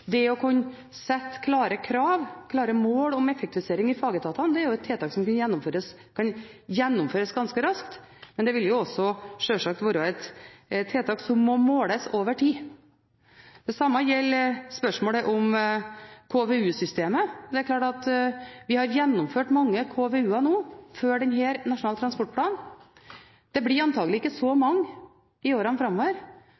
det å kunne sette klare krav og klare mål om effektivisering i fagetatene være et tiltak som kan gjennomføres ganske raskt, men det vil sjølsagt også være et tiltak som må måles over tid. Det samme gjelder spørsmålet om KVU-systemet. Vi har gjennomført mange KVU-er nå, før denne Nasjonal transportplan. Det blir antakelig ikke så